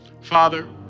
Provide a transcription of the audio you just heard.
Father